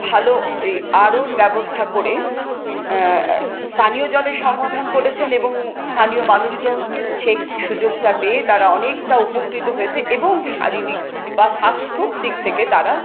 ভালো এই আরওর ব্যবস্থা করে পানীয় জলের সমাধান করেছেন এবং স্থানীয় মানুষজন সেই সুযোগটা পেয়ে তারা অনেকটা উপকৃত হয়েছে এবং শারীরিক বা স্বাস্থ্যর দিক থেকে তারা